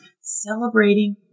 celebrating